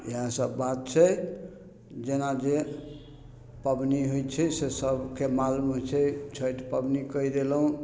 इएह सब बात छै जेना जे पबनी होइ छै से सबके मालूम छै छैठ पबनी कहि देलहुँ